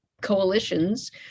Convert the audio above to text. coalitions